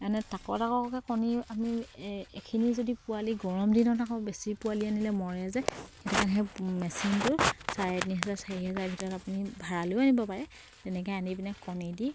মানে তাকৰ তাকৰকে কণী আমি এইখিনি যদি পোৱালি গৰম দিনত আকৌ বেছি পোৱালি আনিলে মৰে যে সেইকাৰণে সেই মেচিনটো চাৰে তিনি হাজাৰ চাৰি হাজাৰৰ ভিতৰত আপুনি ভাড়ালেও আনিব পাৰে তেনেকে আনি পিনে কণী দি